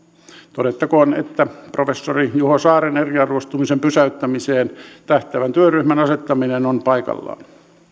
todettakoon että professori juho saaren eriarvoistumisen pysäyttämiseen tähtäävän työryhmän asettaminen on paikallaan